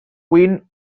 queen